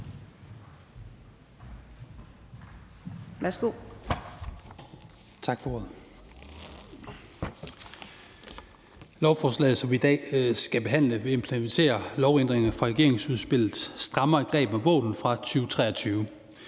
Lovforslaget, som vi i dag skal behandle, implementerer lovændringer fra regeringsudspillet »Strammere greb om våben« fra 2023.